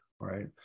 right